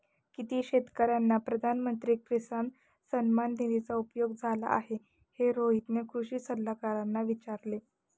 किती शेतकर्यांना प्रधानमंत्री किसान सन्मान निधीचा उपयोग झाला आहे, हे रोहितने कृषी सल्लागारांना विचारले